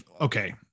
okay